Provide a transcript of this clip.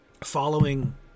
following